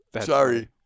Sorry